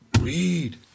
Read